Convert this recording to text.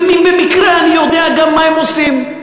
במקרה אני יודע גם מה הם עושים.